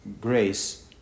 grace